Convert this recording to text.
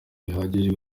bihagije